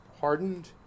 hardened